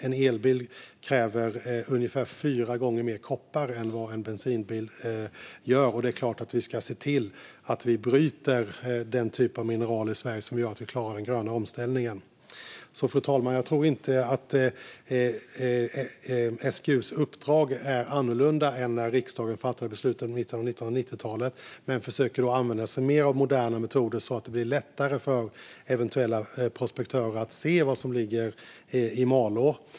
En elbil kräver ungefär fyra gånger mer koppar än vad en bensinbil gör. Det är klart att vi ska se till att bryta den typ av mineral i Sverige som gör att vi klarar den gröna omställningen. Fru talman! Jag tror inte att SGU:s uppdrag är annorlunda än när riksdagen fattade beslut i mitten av 1990-talet, men man försöker att använda sig mer av moderna metoder så att det blir lättare för eventuella prospektörer att se vad som ligger i Malå.